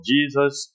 Jesus